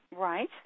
Right